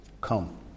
come